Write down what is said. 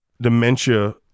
dementia